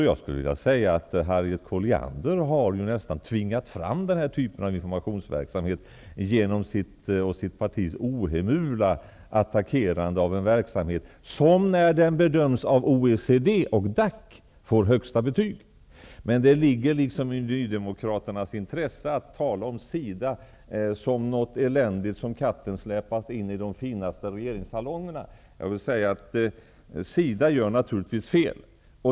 Jag skulle vilja säga att Harriet Colliander nästan har tvingat fram den här typen av informationsverksamhet genom sitt och sitt partis ohemula attackerande av en verksamhet som, när den bedöms av OECD och DAC, får högsta betyg. Men det ligger i Nydemokraternas intresse att tala om SIDA som något eländigt som katten har släpat in i de finaste regeringssalongerna. SIDA gör naturligtvis fel.